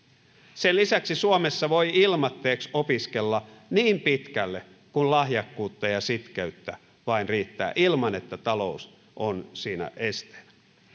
sen lisäksi suomessa voi ilmaiseksi opiskella niin pitkälle kuin lahjakkuutta ja sitkeyttä vain riittää ilman että talous on siinä esteenä